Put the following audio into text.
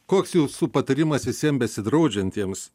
koks jūsų patarimas visiem besidraudžiantiems